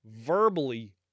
verbally